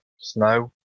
snow